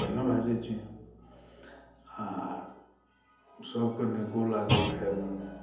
बढ़िआँ भए जाइ छै आ सभके नीको लागल खायमे